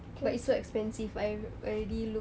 but it's so expensive I've already looked